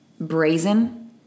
Brazen